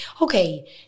okay